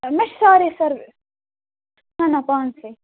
مےٚ چھِ ساریٚے سٔروِ نہَ نہَ پانسٕے